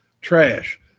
trash